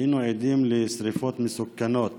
היינו עדים לשרפות מסוכנות